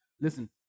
listen